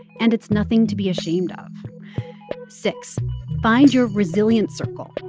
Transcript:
and it's nothing to be ashamed of six find your resilience circle.